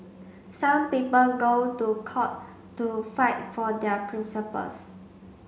some people go to court to fight for their principles